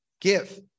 Give